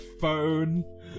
phone